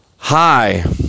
Hi